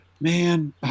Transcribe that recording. Man